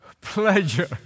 pleasure